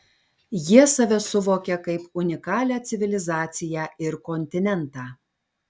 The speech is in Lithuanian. jie save suvokia kaip unikalią civilizaciją ir kontinentą